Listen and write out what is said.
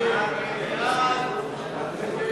סיוע לסטודנטים,